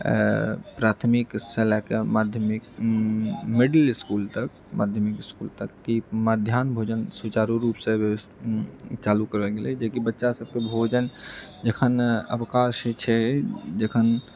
प्राथमिक शिक्षा लए कऽ माध्यमिक मिडिल इसकुल तक माध्यमिक इसकुल तक कि मध्याह्न भोजन सुचारू रूपसँ जे चालू करल गेलै जेकि बच्चा सबकेँ भोजन जखन अवकाश होइत छै जखन